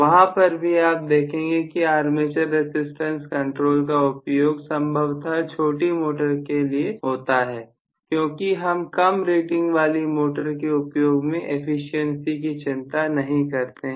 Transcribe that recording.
वहां पर भी आप देखेंगे कि आर्मेचर रेसिस्टेंस कंट्रोल का उपयोग संभवतः छोटी मोटर के साथ होता हैक्योंकि हम कम रेटिंग वाली मोटर के उपयोग में एफिशिएंसी की चिंता नहीं करते हैं